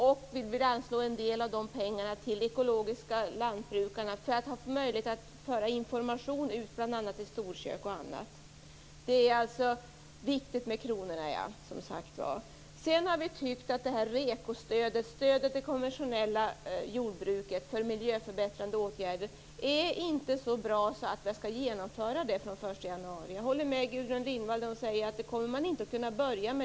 Vi vill också anslå en del av de pengarna till ekologiska lantbrukare för att ha möjlighet att föra ut information bl.a. till storkök. Det är alltså viktigt med kronorna. Vi tycker också att Reko-stödet, stödet till det konventionella jordbruket för miljöförbättrande åtgärder, inte är så bra att det kan genomföras från den 1 januari. Jag håller med Gudrun Lindvall när hon säger att man inte kommer att kunna börja.